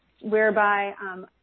whereby